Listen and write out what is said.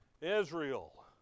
Israel